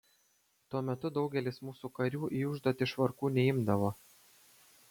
tuo metu daugelis mūsų karių į užduotis švarkų neimdavo